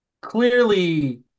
clearly